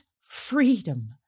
freedom